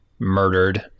murdered